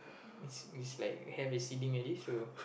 is is like hair recceding already so